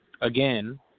Again